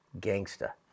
gangster